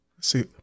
See